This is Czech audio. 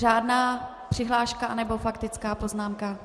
Řádná přihláška, nebo faktická poznámka?